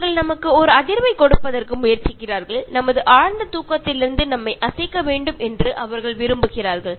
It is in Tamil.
அவர்கள் நமக்கு ஒரு அதிர்வைக் கொடுப்பதற்கு முயற்சிக்கிறார்கள் நமது ஆழ்ந்த தூக்கத்திலிருந்து நம்மை அசைக்க வேண்டும் என்று அவர்கள் விரும்புகிறார்கள்